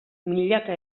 milaka